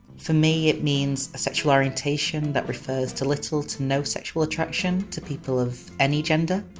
for me, it means a sexual orientation that refers to little to no sexual attraction to people of any gender!